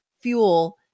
fuel